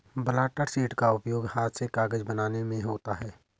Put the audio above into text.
blotter sheet का उपयोग हाथ से कागज बनाने में होता है